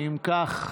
אם כך,